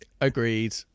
Agreed